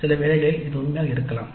சிலவேளைகளில் இது உண்மையாக இருக்கலாம்